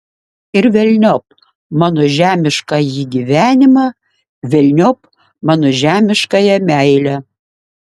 ir velniop mano žemiškąjį gyvenimą velniop mano žemiškąją meilę